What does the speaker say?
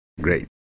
Great